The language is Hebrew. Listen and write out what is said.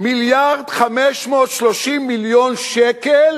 1.53 מיליארד שקל